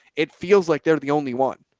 it feels like they're the only one